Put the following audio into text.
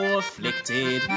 afflicted